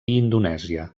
indonèsia